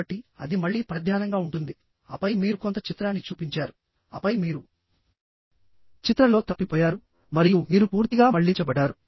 కాబట్టిఅది మళ్ళీ పరధ్యానంగా ఉంటుందిఆపై మీరు కొంత చిత్రాన్ని చూపించారు ఆపై మీరు చిత్రంలో తప్పిపోయారు మరియు మీరు పూర్తిగా మళ్ళించబడ్డారు